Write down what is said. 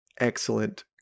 excellent